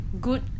good